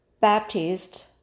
Baptist